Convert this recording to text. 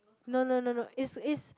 no no no no it's it's